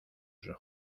sus